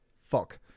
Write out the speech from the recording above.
Fuck